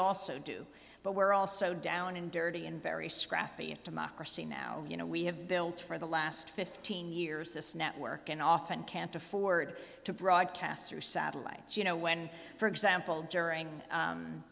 also do but we're also down and dirty in very scrappy democracy now you know we have built for the last fifteen years this network and often can't afford to broadcast or satellites you know when for example during